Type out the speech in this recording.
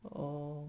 oh